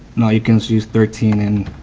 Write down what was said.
now you can see thirteen and